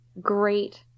Great